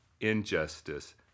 injustice